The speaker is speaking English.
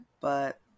but-